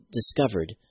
discovered